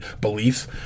beliefs